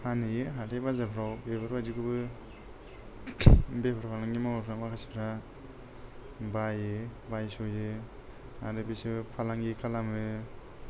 फानहैयो हाथाय बाजारफ्राव बेफोरबादिखौबो बेफार फालांगि मावनानै मानसिफोरा बायो बायस'यो आरो बिसोरो फालांंगि खालामो